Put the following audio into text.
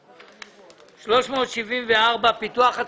פיתוח.